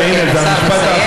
כן, הינה, זה המשפט אחרון.